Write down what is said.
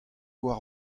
war